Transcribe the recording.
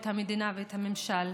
את המדינה ואת הממשל,